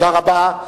תודה רבה.